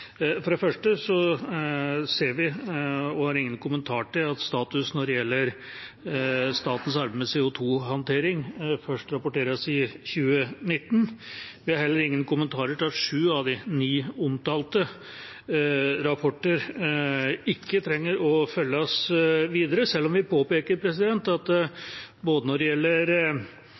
For det første ser vi og har ingen kommentar til at status når det gjelder statens arbeid med CO 2 -håndtering, først rapporteres i 2019. Vi har heller ingen kommentarer til at sju av de ni omtalte rapporter ikke trenger å følges videre, selv om vi påpeker at både når det gjelder